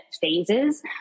phases